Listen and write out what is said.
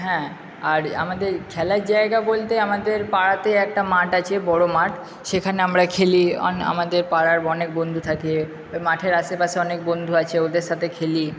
হ্যাঁ আর আমাদের খেলার জায়গা বলতে আমাদের পাড়াতে একটা মাঠ আছে বড়ো মাঠ সেখানে আমরা খেলি আমাদের পাড়ার অনেক বন্ধু থাকে ওই মাঠের আশেপাশে অনেক বন্ধু আছে ওদের সাথে খেলি